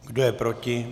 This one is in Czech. Kdo je proti?